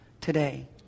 today